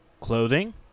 Clothing